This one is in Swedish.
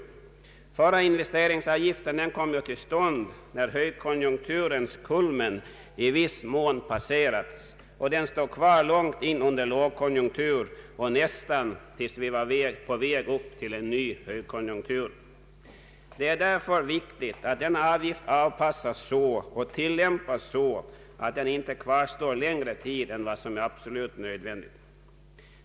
Den förra investeringsavgiften kom ju till stånd när högkonjunkturens kulmen i viss mån passerats, och den stod kvar långt in under lågkonjunkturen och nästan tills vi var på väg mot en ny högkonjunktur. Det är därför viktigt att investeringsavgiften avpassas och tillämpas så att den inte kvarstår längre tid än vad som är absolut nödvändigt.